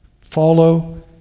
Follow